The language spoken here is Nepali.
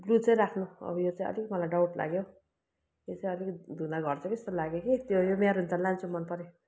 ब्लु चाहिँ राख्नु अब यो चाहिँ अलिक मलाई डाउट लाग्यो यो चाहिँ अलिकति धुँदा घट्छ कि जस्तो लाग्यो कि त्यो यो मेरून त लान्छु मनपरेँ